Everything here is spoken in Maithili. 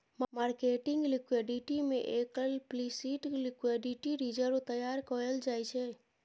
मार्केटिंग लिक्विडिटी में एक्लप्लिसिट लिक्विडिटी रिजर्व तैयार कएल जाइ छै